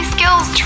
Skills